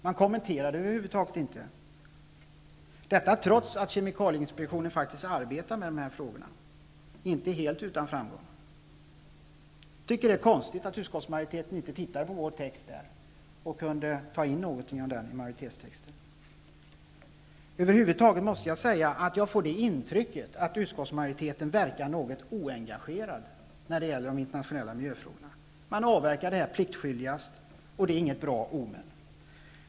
Man kommenterar över huvud taget inte frågorna, trots att kemikalieinspektionen faktiskt arbetar med dem -- inte helt utan framgång. Jag tycker att det är konstigt att utskottsmajoriteten inte studerade vår text i det sammanhanget och tog in något av den i majoritetstexten. Över huvud taget måste jag säga att mitt intryck är att utskottsmajoriteten verkar något oengagerad när det gäller de internationella miljöfrågorna. Man avverkar frågorna pliktskyldigast, och det är inget bra omen.